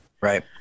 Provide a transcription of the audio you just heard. right